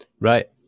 Right